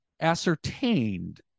ascertained